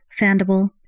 Fandible